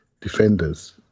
defenders